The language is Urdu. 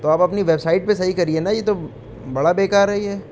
تو آپ اپنی ویب سائٹ پہ صحیح کرئیے نہ یہ تو بڑا بیکار ہے یہ